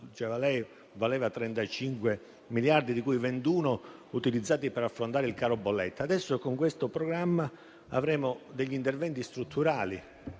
valeva 35 miliardi, di cui 21 utilizzati per affrontare il caro bollette. Adesso, con questo programma, avremo degli interventi strutturali